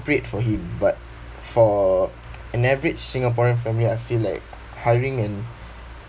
for him but for an average singaporean family I feel like hiring an